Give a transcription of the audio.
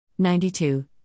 92